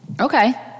Okay